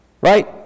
Right